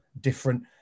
different